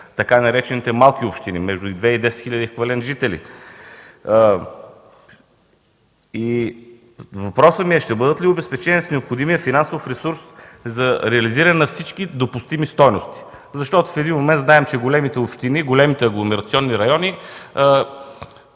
така наречените малки общини между 2 и 10 хиляди еквивалент жители. Въпросът ми е: ще бъдат ли обезпечени с необходимия финансов ресурс за реализиране на всички допустими стойности? Защото в един момент знаем, че големите общини, големите агломерационни райони